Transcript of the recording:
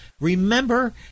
Remember